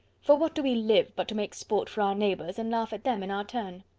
for what do we live, but to make sport for our neighbours, and laugh at them in our turn?